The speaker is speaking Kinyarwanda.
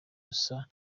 gusa